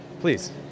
please